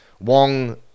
Wong